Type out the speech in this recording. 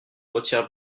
retire